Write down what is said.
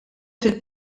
fil